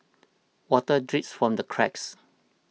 water drips from the cracks